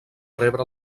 rebre